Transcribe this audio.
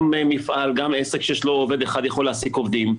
גם עסק שיש לו עובד אחד יכול להעסיק עובדים,